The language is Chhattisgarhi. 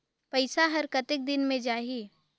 पइसा हर कतेक दिन मे जाही?